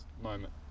moment